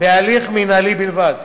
בהליך מינהלי בלבד.